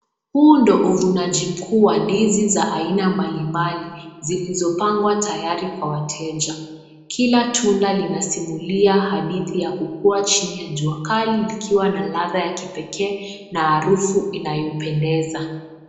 Huu ndio uvunaji mkuu wa ndizi za aina mbali mbali zilizopangwa tayari kwa wateja. Kila tunda lina simulia hadithi ya kukuwa chini ya jua kali ikiwa na ladha ya kipekee na arufu inayopendeza.